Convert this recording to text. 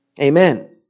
Amen